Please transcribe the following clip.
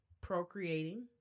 procreating